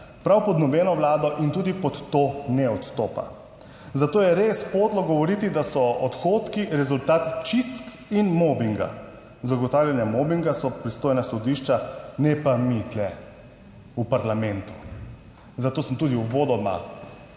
prav pod nobeno vlado in tudi pod to ne odstopa, zato je res podlo govoriti, da so odhodki rezultat čistk in mobinga. Za ugotavljanje mobinga so pristojna sodišča, ne pa mi tu v parlamentu. Zato sem tudi uvodoma